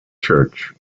church